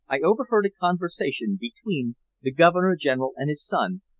i overheard a conversation between the governor-general and his son,